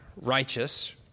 Righteous